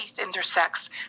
intersects